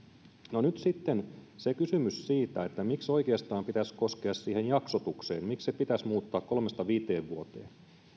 no nyt sitten on se kysymys siitä miksi oikeastaan pitäisi koskea siihen jaksotukseen miksi se pitäisi muuttaa kolmesta viiteen vuoteen